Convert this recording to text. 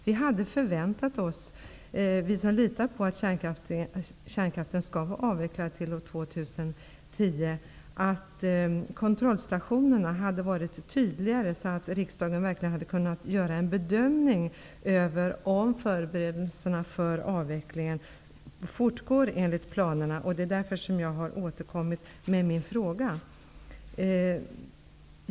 Vi som litade på att kärnkraften skall vara avvecklad till år 2010 hade förväntat oss att kontrollstationerna hade varit tydligare, så att riksdagen verkligen hade kunnat göra en bedömning av om förberedelserna för avvecklingen fortgår enligt planerna. Det är därför jag har återkommit med min fråga.